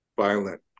violent